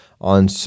on